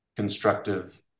Constructive